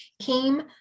came